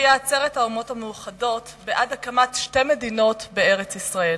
הכריעה עצרת האומות המאוחדות בעד הקמת שתי מדינות בארץ-ישראל,